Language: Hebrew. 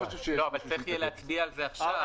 לא, אבל צריך להצביע על זה עכשיו.